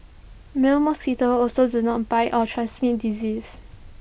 male mosquitoes also do not bite or transmit disease